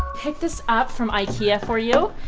picked this up from ikea for you,